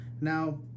Now